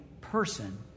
person